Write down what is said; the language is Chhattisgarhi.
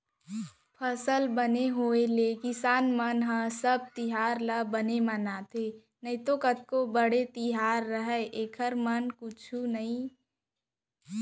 फसल बने होय ले किसान मन ह सब तिहार हर बने मनाथे नइतो कतको बड़े तिहार रहय एकर मन बर कुछु नइये